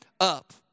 up